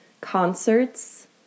concerts